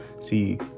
See